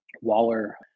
Waller